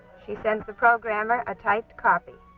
she sends the programmer a typed copy.